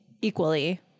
equally